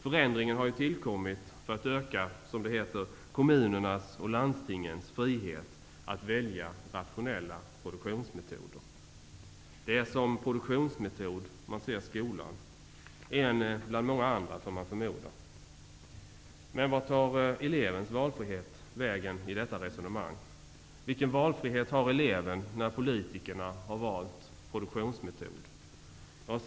Förändringen har tillkommit för att, som det heter, öka kommunernas och landstingens frihet att välja rationella produktionsmetoder. Det är som produktionsmetod man ser skolan, en bland många andra får man förmoda. Men vart tar elevens valfrihet vägen i detta resonemang? Vilken valfrihet har eleven när politikerna har valt produktionsmetod?